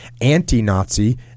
anti-Nazi